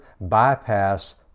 bypass